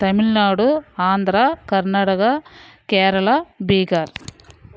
Tamil Nadu Andhra Karnataka Kerala Bihar